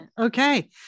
Okay